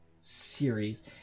series